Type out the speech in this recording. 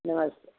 नमस्ते